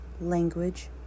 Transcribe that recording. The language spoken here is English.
Language